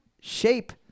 shape